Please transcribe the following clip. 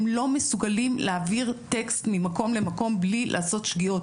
הם לא מסוגלים להעביר טקסט ממקום למקום בלי לעשות שגיאות.